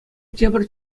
тепӗр